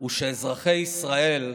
הוא שאזרחי ישראל,